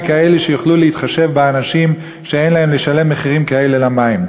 וכאלה שיוכלו להתחשב באנשים שאין להם יכולת לשלם מחירים כאלה על מים.